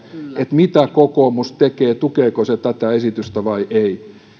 mitä kokoomus tekee tukeeko se tätä esitystä vai ei